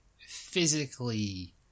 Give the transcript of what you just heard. physically